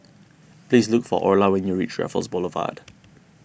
please look for Orla when you reach Raffles Boulevard